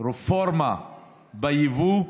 רפורמה ביבוא,